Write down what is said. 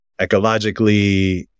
ecologically